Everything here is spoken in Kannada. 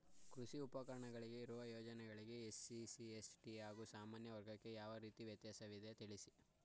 ಕೃಷಿ ಉಪಕರಣಗಳಿಗೆ ಇರುವ ಯೋಜನೆಗಳಲ್ಲಿ ಎಸ್.ಸಿ ಮತ್ತು ಎಸ್.ಟಿ ಹಾಗೂ ಸಾಮಾನ್ಯ ವರ್ಗಕ್ಕೆ ಯಾವ ರೀತಿ ವ್ಯತ್ಯಾಸವಿದೆ ತಿಳಿಸಿ?